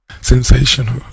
Sensational